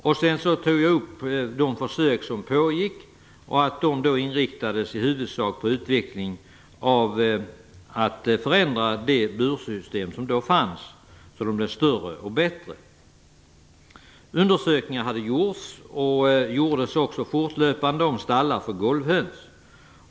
Därefter tog jag upp de försök som pågick och sade att de inriktades i huvudsak på att förändra de bursystem som då fanns, så att burarna blev större och bättre. Undersökningar hade gjorts och gjordes också fortlöpande om stallar för golvhöns.